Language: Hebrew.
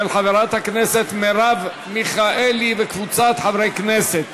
של חברת הכנסת מרב מיכאלי וקבוצת חברי הכנסת.